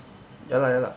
ya lah ya lah